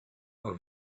are